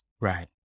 Right